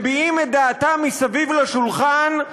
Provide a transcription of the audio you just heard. מביעים את דעתם מסביב לשולחן,